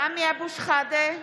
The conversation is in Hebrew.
(קוראת בשמות חברי הכנסת) סמי אבו שחאדה,